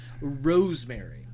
Rosemary